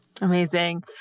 Amazing